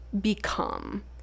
become